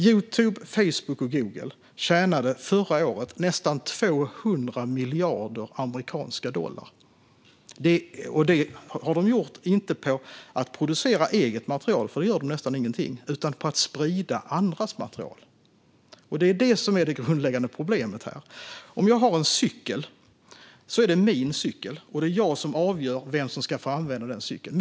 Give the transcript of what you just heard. Youtube, Facebook och Google tjänade förra året nästan 200 miljarder amerikanska dollar, och det gjorde de inte på att producera eget material, för det gör de nästan inte alls, utan på att sprida andras material. Det är det som är det grundläggande problemet här. Om jag har en cykel är det min cykel, och det är jag som avgör vem som ska få använda den.